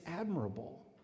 admirable